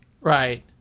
Right